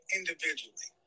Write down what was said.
individually